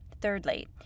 Thirdly